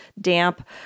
damp